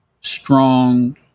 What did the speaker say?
strong